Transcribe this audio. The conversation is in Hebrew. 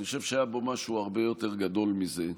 אני חושב שהיה בו משהו הרבה יותר גדול מזה,